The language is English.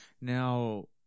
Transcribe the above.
Now